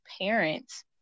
parents